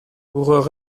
pour